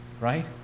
right